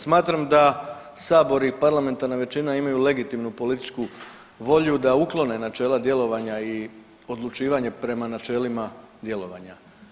Smatram da sabor i parlamentarna većina imaju legitimnu političku volju da uklone načela djelovanja i odlučivanje prema načelima djelovanja.